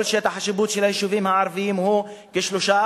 כל שטח השיפוט של היישובים הערביים הוא כ-3%,